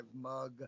mug